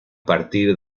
partir